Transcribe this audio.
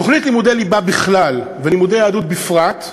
תוכנית לימודי ליבה בכלל, ולימודי יהדות בפרט,